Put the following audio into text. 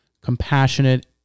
compassionate